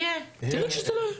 יהיו מוקדנים.